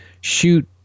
shoot